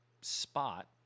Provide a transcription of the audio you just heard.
spot